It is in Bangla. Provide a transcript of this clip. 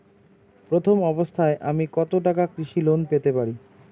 প্রথম অবস্থায় আমি কত টাকা কৃষি লোন পেতে পারি?